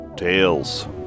Tales